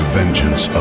vengeance